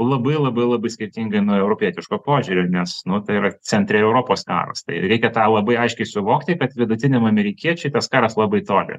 labai labai labai skirtingai nuo europietiško požiūrio nes nu tai yra centre ir europos karas tai reikia tą labai aiškiai suvokti kad vidutiniam amerikiečiui tas karas labai toli